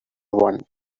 one